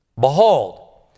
Behold